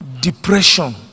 depression